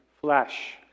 flesh